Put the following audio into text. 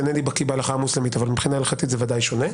אינני בקי בהלכה המוסלמית אבל מבחינה הלכתית זה ודאי שונה,